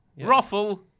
Ruffle